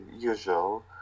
usual